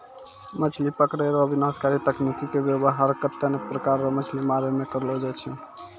मछली पकड़ै रो विनाशकारी तकनीकी के वेवहार कत्ते ने प्रकार रो मछली मारै मे करलो जाय छै